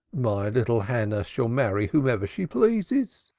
my little hannah shall marry whomever she pleases.